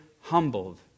humbled